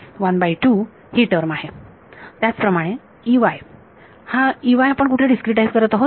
म्हणूनच ही टर्म आहे त्याचप्रमाणे ह्या आपण कुठे डिस्क्रीटाईझ करत आहोत